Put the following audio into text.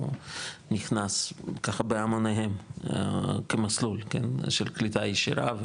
נכנס ככה בהמוניהם כמסלול של קליטה ישירה,